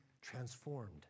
transformed